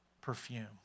perfume